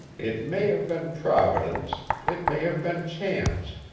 it may have been providence, it may have been chance,